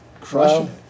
crushing